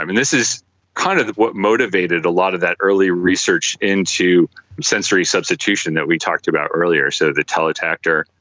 um and this is kind of what motivated a lot of that earlier research into sensory substitution that we talked about earlier, so the teletactor,